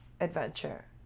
adventure